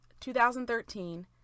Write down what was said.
2013